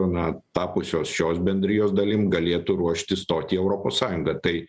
na tapusios šios bendrijos dalim galėtų ruoštis stot į europos sąjungą tai